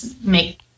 make